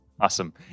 Awesome